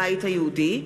הבית היהודי,